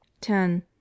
Ten